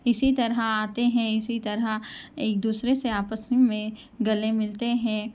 اسی طرح آتے ہیں اسی طرح ایک دوسرے سے آپس میں گلے ملتے ہیں